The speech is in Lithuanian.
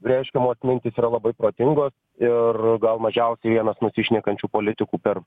reiškiamos mintys yra labai protingos ir gal mažiausiai vienas nusišnekančių politikų per